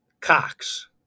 Cox